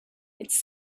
it’s